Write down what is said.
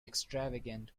extravagant